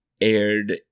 aired